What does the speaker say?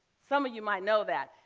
some of you might know that.